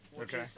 Okay